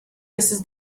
mrs